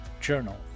journal